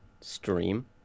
stream